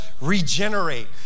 regenerate